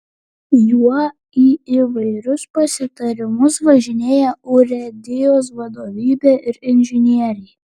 juo į įvairius pasitarimus važinėja urėdijos vadovybė ir inžinieriai